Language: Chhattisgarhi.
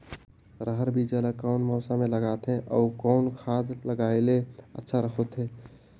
रहर बीजा ला कौन मौसम मे लगाथे अउ कौन खाद लगायेले अच्छा होथे?